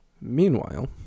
Meanwhile